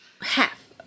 Half